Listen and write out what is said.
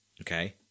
Okay